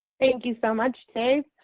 thank you so much, dave.